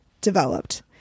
developed